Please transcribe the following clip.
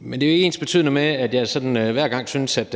Men det er ikke ensbetydende med, at jeg sådan hver gang synes, at